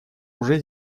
уже